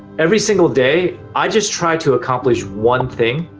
every single day i just try to accomplish one thing.